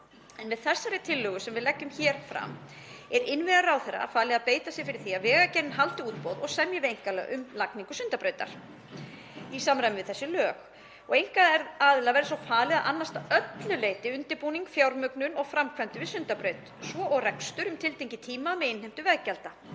Með þessari tillögu sem við leggjum hér fram er innviðaráðherra falið að beita sér fyrir því að Vegagerðin haldi útboð og semji við einkaaðila um lagningu Sundabrautar í samræmi við þessi lög. Einkaaðila verði falið að annast að öllu leyti undirbúning, fjármögnun og framkvæmdir við Sundabraut, svo og rekstur um tiltekinn tíma með innheimtu veggjalda.